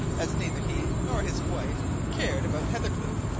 as neither he nor his wife cared about hathercleugh,